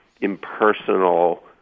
impersonal